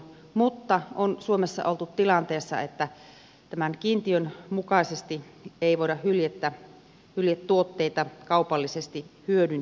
suomessa on oltu tilanteessa että tämän kiintiön mukaisesti ei voida hyljettä hyljetuotteita kaupallisesti hyödyntää